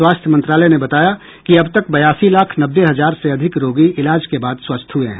स्वास्थ्य मंत्रालय ने बताया कि अब तक बयासी लाख नब्बे हजार से अधिक रोगी इलाज के बाद स्वस्थ हुए हैं